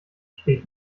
steht